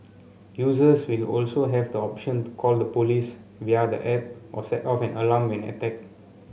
users will also have the option to call the police via the app or set off an alarm when attacked